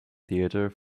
theatre